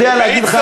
יודע להגיד לך,